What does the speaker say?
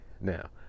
Now